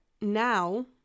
now